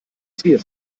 trier